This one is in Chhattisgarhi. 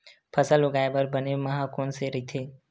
फसल उगाये बर बने माह कोन से राइथे?